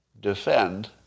defend